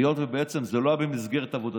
היות שבעצם זה לא היה במסגרת עבודתי,